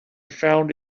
found